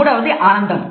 మూడవది ఆనందం